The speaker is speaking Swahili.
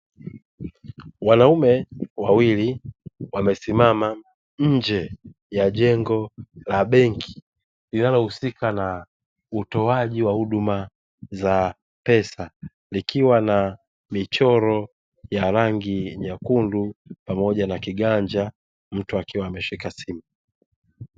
Wanaume wawili wamesimama nje ya jengo la benki linalohusika na utoaji wa huduma za pesa, likiwa na michoro ya rangi nyekundu pamoja na kiganja, mtu akiwa ameshika simu.